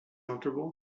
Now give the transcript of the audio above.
comfortable